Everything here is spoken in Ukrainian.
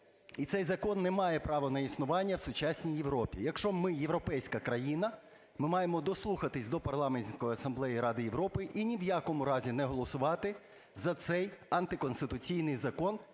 і цей закон не має права на існування в сучасній Європі. Якщо ми – європейська країна, ми маємо дослухатись до Парламентської асамблеї Ради Європи і ні в якому разі не голосувати за цей антиконституційний закон,